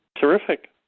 Terrific